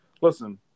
Listen